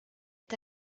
est